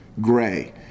gray